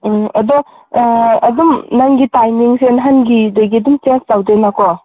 ꯑꯗꯣ ꯑꯗꯨꯝ ꯅꯪꯒꯤ ꯇꯥꯏꯃꯤꯡꯁꯦ ꯅꯥꯍꯟꯒꯤꯗꯒꯤ ꯑꯗꯨꯝ ꯆꯦꯟꯁ ꯇꯧꯗꯦꯅꯀꯣ